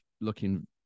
looking